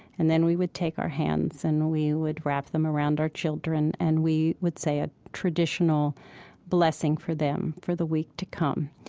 and then we would take our hands, and then we would wrap them around our children, and we would say a traditional blessing for them for the week to come.